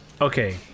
Okay